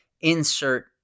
insert